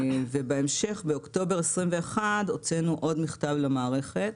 בהמשך, באוקטובר 2021, הוצאנו עוד מכתב למערכת